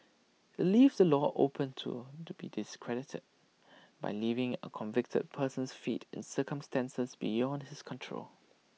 IT leaves the law open to to be discredited by leaving A convicted person's fate in circumstances beyond his control